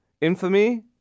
infamy